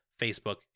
Facebook